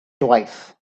twice